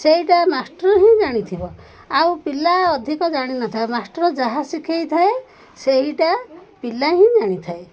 ସେଇଟା ମାଷ୍ଟର ହିଁ ଜାଣିଥିବ ଆଉ ପିଲା ଅଧିକ ଜାଣିନଥାଏ ମାଷ୍ଟର ଯାହା ଶିଖେଇଥାଏ ସେଇଟା ପିଲା ହିଁ ଜାଣିଥାଏ